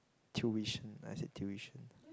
tuition I said tuition